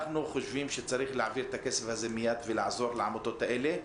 אנחנו חושבים שצריך להעביר את הכסף הזה מיד ולעזור לעמותות האלה.